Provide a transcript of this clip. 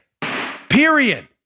Period